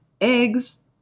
eggs